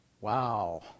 Wow